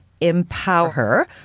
Empower